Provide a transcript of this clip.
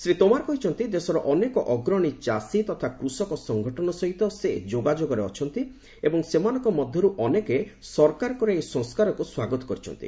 ଶ୍ରୀ ତୋମାର କହିଛନ୍ତି ଦେଶର ଅନେକ ଅଗ୍ରଣୀ ଚାଷୀ ତଥା କୃଷକ ସଙ୍ଗଠନ ସହିତ ସେ ଯୋଗାଯୋଗରେ ଅଛନ୍ତି ଏବଂ ସେମାନଙ୍କ ମଧ୍ୟରୁ ଅନେକେ ସରକାରଙ୍କର ଏହି ସଂସ୍କାରକୁ ସ୍ୱାଗତ କରିଛନ୍ତି